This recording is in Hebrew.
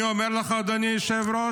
אני אומר לך, אדוני היושב-ראש,